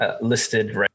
listed